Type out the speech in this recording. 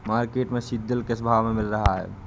Market में सीद्रिल किस भाव में मिल रहा है?